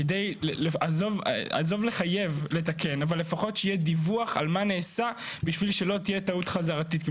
כדי שלא תהיה טעות חזרתית.